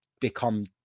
become